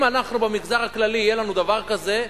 אם אנחנו, במגזר הכללי, יהיה לנו דבר כזה,